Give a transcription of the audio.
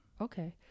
Okay